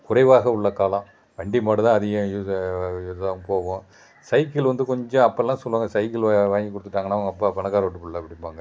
குறைவாக உள்ள காலம் வண்டி மாடுதான் அதிகம் யூஸாக இதுதான் போகும் சைக்கிள் வந்து கொஞ்சம் அப்பெல்லாம் சொல்லுவாங்க சைக்கிளு வா வாங்கி கொடுத்துட்டாங்கன்னா உங்கள் அப்பா பணக்கார வீட்டு பிள்ள அப்படிம்பாங்க